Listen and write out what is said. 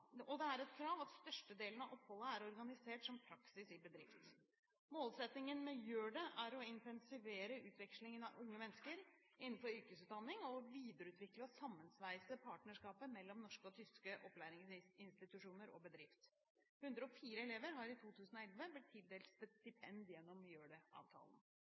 at størstedelen av oppholdet er organisert som praksis i bedrift. Målsettingen med Gjør det! er å intensivere utvekslingen av unge mennesker innenfor yrkesutdanning og å videreutvikle og sammensveise partnerskapet mellom norske og tyske opplæringsinstitusjoner og bedrifter. 104 elever har i 2011 blitt tildelt stipend gjennom Gjør det!-avtalen. Gjennom utdanningsavtalen vi har med Frankrike, arbeides det for tiden med å